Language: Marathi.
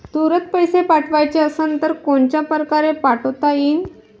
तुरंत पैसे पाठवाचे असन तर कोनच्या परकारे पाठोता येईन?